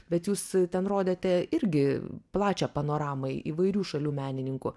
bet jūs ten rodėte irgi plačią panoramą įvairių šalių menininkų